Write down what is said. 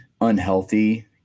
unhealthy